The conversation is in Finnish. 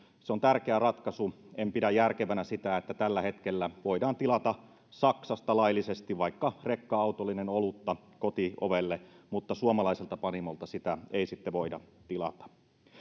se on tärkeä ratkaisu en pidä järkevänä sitä että tällä hetkellä voidaan tilata saksasta laillisesti vaikka rekka autollinen olutta kotiovelle mutta suomalaiselta panimoilta sitä ei voida tilata